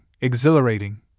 exhilarating